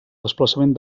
desplaçament